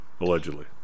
allegedly